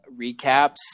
recaps